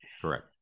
Correct